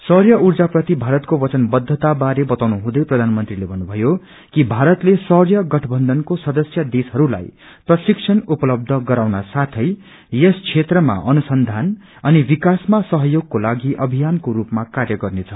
सौँय गइबन्धन प्रति भरतको बचन कद्धता बारे बताउनु हुँदै प्रधानमंत्रीले थन्नुथयो कि भारतले सौँय गठकन्थनको सदस्य देशहरुलाई प्रशिक्षण उपलब्ब गराउन साथै यस क्षेत्रमा अनुसंबान अनि विकासमा सहयोगको लागि मिशनको स्रपमा कार्य गर्नेछ